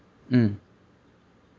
mm